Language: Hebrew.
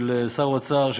של שר האוצר,